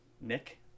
Nick